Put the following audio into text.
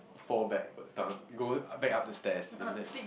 fall backwards down go back up the stairs isn't it